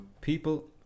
People